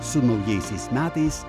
su naujaisiais metais